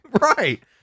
Right